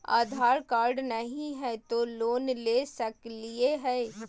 आधार card नही हय, तो लोन ले सकलिये है?